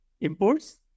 imports